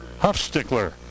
Huffstickler